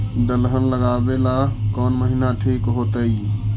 दलहन लगाबेला कौन महिना ठिक होतइ?